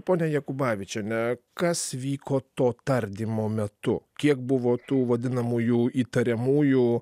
pone jakubavičiene kas vyko to tardymo metu kiek buvo tų vadinamųjų įtariamųjų